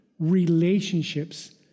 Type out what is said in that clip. relationships